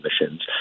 emissions